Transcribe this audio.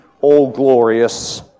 all-glorious